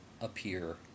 appear